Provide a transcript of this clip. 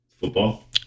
football